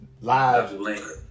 Live